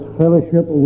fellowship